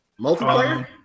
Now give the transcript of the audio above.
Multiplayer